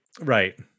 Right